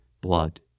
blood